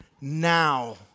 now